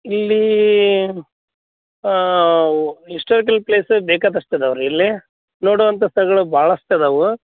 ಇಲ್ಲಿ ಹಿಸ್ಟೋರಿಕಲ್ ಪ್ಲೇಸೇ ಬೇಕಾದಷ್ಟು ಅದಾವೆ ರೀ ಇಲ್ಲಿ ನೋಡುವಂಥ ಸ್ಥಳಗಳು ಭಾಳಷ್ಟು ಅದಾವೆ